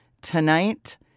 tonight